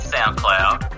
SoundCloud